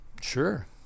sure